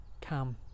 come